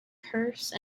purse